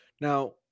now